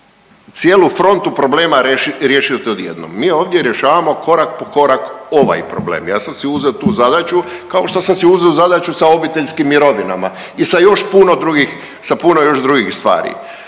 cijelu frontu problema riješit odjednom, mi ovdje rješavamo korak po korak ovaj problem. Ja sam si uzeo tu zadaću, kao što sam si uzeo zadaću sa obiteljskim mirovinama i sa još puno drugih, sa